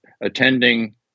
attending